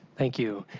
thank you.